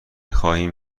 خواهیم